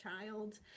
child